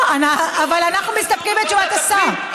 אבל אנחנו מסתפקים בתשובת השר.